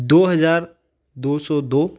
दो हजार दो सौ दो